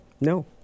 No